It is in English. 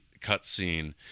cutscene